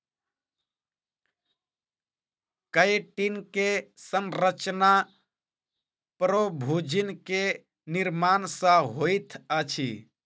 chitin के संरचना प्रोभूजिन के निर्माण सॅ होइत अछि